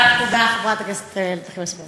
תודה, חברת הכנסת איילת נחמיאס ורבין.